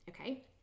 okay